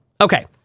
Okay